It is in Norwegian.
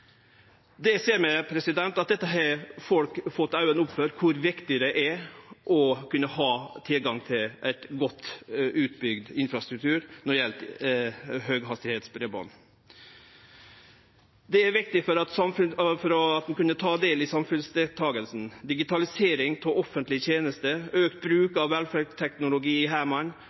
ser at folk har fått auga opp for kor viktig det er å kunne ha tilgang til ein godt utbygd infrastruktur når det gjeld høghastigheitsbreiband. Det er viktig for å kunne ta del i samfunnet. Digitalisering av offentlege tenester, auka bruk av velferdsteknologi,